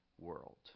world